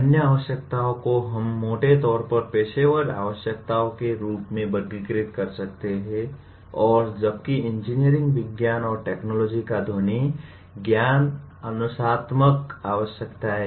अन्य आवश्यकताओं को हम मोटे तौर पर पेशेवर आवश्यकताओं के रूप में वर्गीकृत कर सकते हैं और जबकि इंजीनियरिंग विज्ञान और टेक्नोलॉजीtechnology का ध्वनि ज्ञान अनुशासनात्मक आवश्यकताएं हैं